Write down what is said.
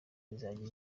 izajya